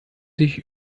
sich